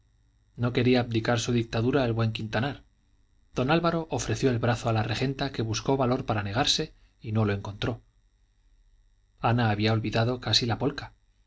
no quería abdicar su dictadura el buen quintanar don álvaro ofreció el brazo a la regenta que buscó valor para negarse y no lo encontró ana había olvidado casi la polka